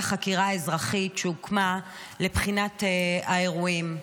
החקירה האזרחית שהוקמה לבחינת האירועים.